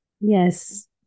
Yes